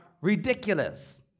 ridiculous